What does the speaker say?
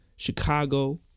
Chicago